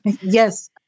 Yes